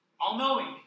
all-knowing